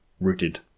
rooted